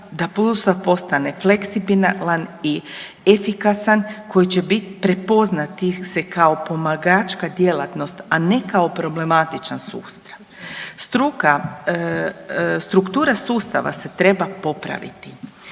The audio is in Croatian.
da sustav postane fleksibilan i efikasan koji će bit prepoznati se kao pomagačka djelatnost, a ne kao problematičan sustav. Struka, struktura sustava se treba popraviti,